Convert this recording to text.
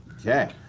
Okay